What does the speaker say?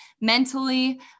mentally